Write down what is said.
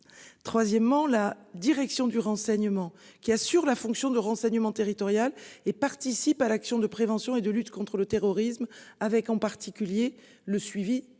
Troisièmement, la direction du renseignement qui assure la fonction de renseignement territorial et participe à l'action de prévention et de lutte contre le terrorisme avec en particulier le suivi